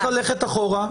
למה צריך ללכת אחורה,